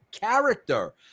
character